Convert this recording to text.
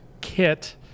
Kit